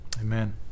Amen